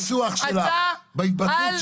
כל אחד רואה את ההבדל בניסוח שלך, בהתבטאות שלך,